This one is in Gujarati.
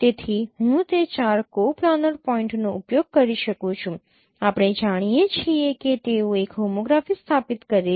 તેથી હું તે 4 કોપ્લાનર પોઇન્ટનો ઉપયોગ કરી શકું છું આપણે જાણીએ છીએ કે તેઓ એક હોમોગ્રાફી સ્થાપિત કરે છે